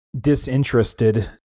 disinterested